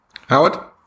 Howard